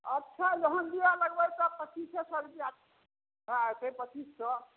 अच्छा जखन लिअ लगबै तऽ पच्चीसे सए रुपैआ भए जेतै पच्चीस सए